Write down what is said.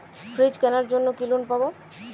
Fridge কেনার জন্য কি লোন পাব?